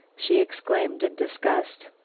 she exclaimed in disgust.